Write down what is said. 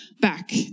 back